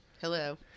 Hello